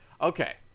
Okay